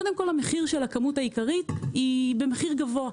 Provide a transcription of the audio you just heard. קודם כל, מחיר הכמות העיקרית היא במחיר גבוה,